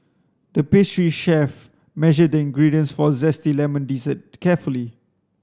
the pastry chef measured the ingredients for a zesty lemon dessert carefully